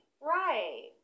Right